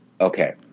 Okay